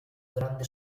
grande